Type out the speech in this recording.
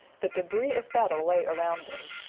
the debris of battle lay around them.